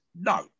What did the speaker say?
no